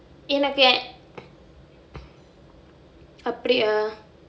எனக்கு:enakku